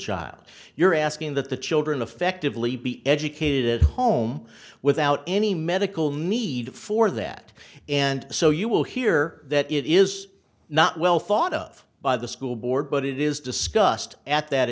child you're asking that the children effectively be educated at home without any medical need for that and so you will hear that it is not well thought of by the school board but it is discussed at that